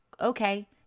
okay